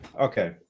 Okay